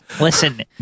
Listen